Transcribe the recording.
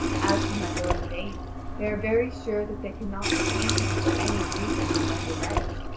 as for my lord yvain they are very sure that they could not detain him for any reason they might allege,